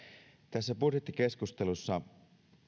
tässä budjettikeskustelussa